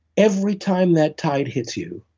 every time that tide hits you,